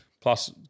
plus